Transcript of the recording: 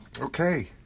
okay